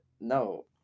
No